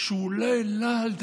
שהוא לא העלה על דעתו,